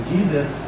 Jesus